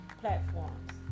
platforms